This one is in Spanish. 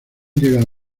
llegado